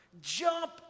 Jump